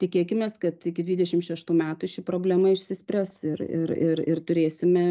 tikėkimės kad iki dvidešim šeštų metų ši problema išsispręs ir ir ir ir turėsime